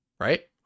Right